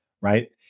right